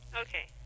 Okay